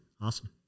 Awesome